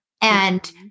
And-